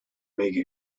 make